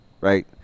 right